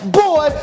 boy